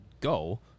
go